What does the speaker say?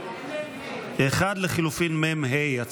1 לחילופין מ"ה.